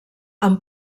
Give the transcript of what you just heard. amb